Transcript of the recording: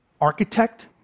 architect